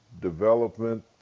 development